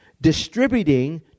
distributing